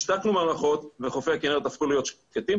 השתקנו מערכות וחופי הכנרת הפכו להיות שקטים.